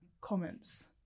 comments